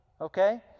okay